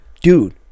Dude